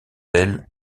ailes